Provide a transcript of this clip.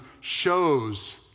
shows